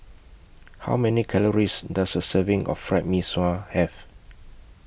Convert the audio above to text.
How Many Calories Does A Serving of Fried Mee Sua Have